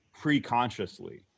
pre-consciously